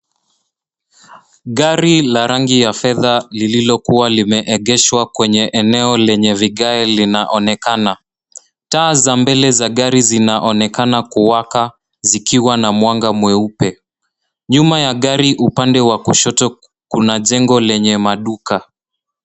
Gari la rangi ya fedha lililokuwa limeegeshwa kwenye eneo lenye vigae linaonekana. Taa za mbele za gari zinaonekana kuwaka zikiwa na mwanga mweupe. Nyuma ya gari upande wa kushoto kuna jengo lenye maduka.